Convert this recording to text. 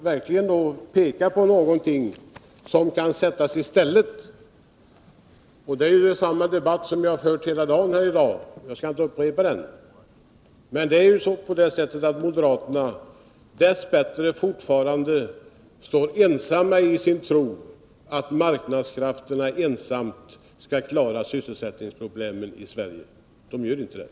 Ni får lov att peka på någonting som kan sättas i stället. Detta är samma debatt som vi har fört hela tiden i dag. Jag skall inte upprepa den. Moderaterna står dess bättre fortfarande ensamma i sin tro på att enbart marknadskrifterna skall kunna lösa sysselsättningsproblemen, men det gör de inte.